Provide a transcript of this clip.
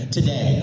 Today